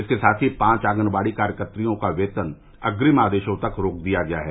इसके साथ ही पँच आंगनवाड़ी कार्यकत्रियों का वेतन अग्रिम आदेशों तक रोक दिया गया है